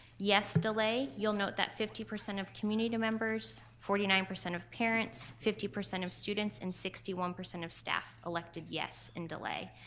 yes delay, you'll notice that fifty percent of community members, forty nine percent of parents, fifty percent of students, and sixty one percent of staff elected yes in delay.